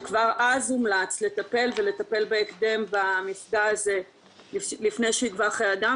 וכבר אז הומלץ לטפל בהקדם במפגע הזה לפני שייגבה חיי אדם.